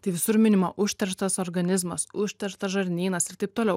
tai visur minima užterštas organizmas užterštas žarnynas ir taip toliau